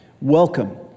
welcome